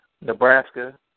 Nebraska